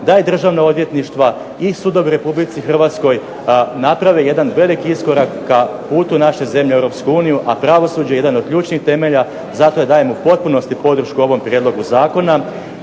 da i državna odvjetništva i sudovi u RH naprave jedan veliki iskorak ka putu naše zemlje u EU, a pravosuđe je jedan od ključnih temelja. Zato ja dajem u potpunosti podršku ovom prijedlogu zakona,